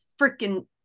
freaking